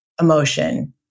emotion